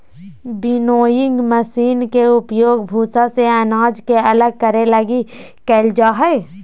winnowing machine के उपयोग भूसा से अनाज के अलग करे लगी कईल जा हइ